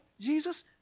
Jesus